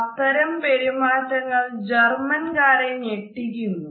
അത്തരം പെരുമാറ്റങ്ങൾ ജർമൻകാരെ ഞെട്ടിക്കുന്നു